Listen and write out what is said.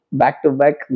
back-to-back